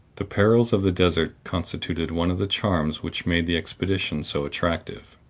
the perils of the desert constituted one of the charms which made the expedition so attractive.